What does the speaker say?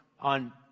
on